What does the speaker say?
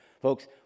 Folks